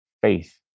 faith